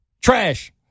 Trash